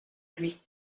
lui